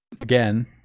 again